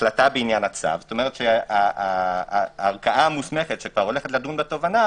החלטה בעניין הצו כלומר הערכאה המוסכמת שהולכת לדון בתובענה,